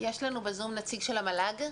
יש לנו בזום נציג של המל"ג?